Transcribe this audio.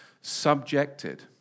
subjected